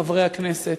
חברי הכנסת,